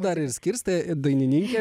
dar ir skirstai dainininkė